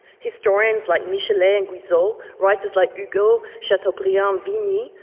historians like michelet and guizot, writers like hugo, chateaubriand, vigny,